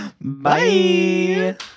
Bye